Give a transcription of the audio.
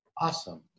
Awesome